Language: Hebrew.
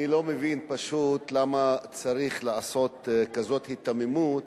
אני לא מבין, פשוט, למה צריך לעשות כזאת היתממות